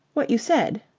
what you said.